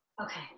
Okay